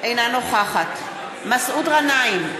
אינה נוכחת מסעוד גנאים,